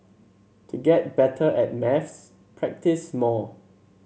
to get better at maths practise more